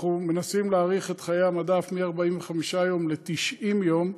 אנחנו מנסים להאריך את חיי המדף מ-45 יום ל-90 יום,